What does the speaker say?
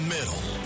Middle